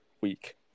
week